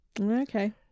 Okay